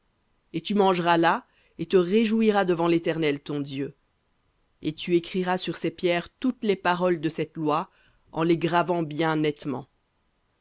et tu mangeras là et te réjouiras devant l'éternel ton dieu et tu écriras sur ces pierres toutes les paroles de cette loi en les gravant bien nettement